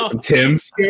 Tim's